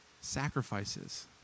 sacrifices